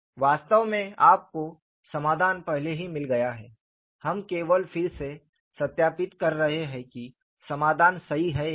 वास्तव में आपको समाधान पहले ही मिल गया है हम केवल फिर से सत्यापित कर रहे हैं कि समाधान सही है या नहीं